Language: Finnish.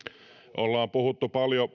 ollaan puhuttu paljon